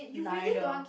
neither